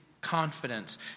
confidence